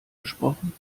besprochen